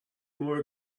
more